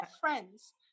friends